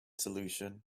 solution